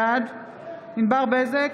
בעד ענבר בזק,